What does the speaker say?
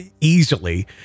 easily